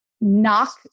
knock